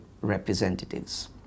representatives